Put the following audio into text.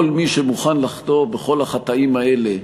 כל מי שמוכן לחטוא בכל החטאים האלה,